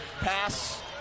Pass